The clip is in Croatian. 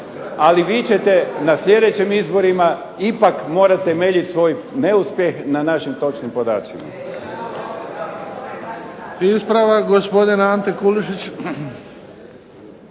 ali vi ćete na sljedećim izborima ipak morati temeljit svoj neuspjeh na našim točnim podacima.